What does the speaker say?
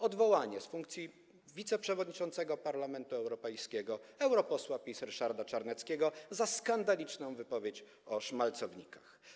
Odwołanie z funkcji wiceprzewodniczącego Parlamentu Europejskiego europosła PiS Ryszarda Czarneckiego za skandaliczną wypowiedź o szmalcownikach.